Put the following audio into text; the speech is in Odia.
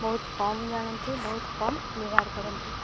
ବହୁତ କମ୍ ଜାଣନ୍ତି ବହୁତ କମ୍ ବ୍ୟବହାର କରନ୍ତି